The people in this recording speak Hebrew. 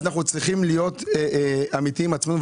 אנחנו צריכים להיות אמיתיים עם עצמנו,